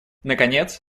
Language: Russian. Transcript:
наконец